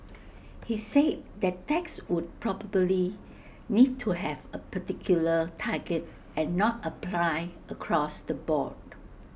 he say that tax would probably need to have A particular target and not apply across the board